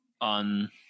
on